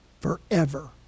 forever